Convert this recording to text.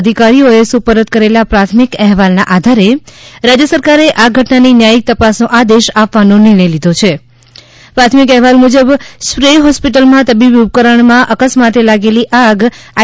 અધિકારીઓએ સુપરત કરેલા પ્રાથમિક અહેવાલના આધારે રાજ્ય સરકારે આ ઘટનાની ન્યાયિક તપાસનો આદેશ આપવાનો નિર્ણય લીધો છી પ્રાથમિક અહેવાલ મુજબ શ્રેય હોસ્પિટલમાં તબીબી ઉપકરણમાં અકસ્માતે લાગેલી આગ આઈ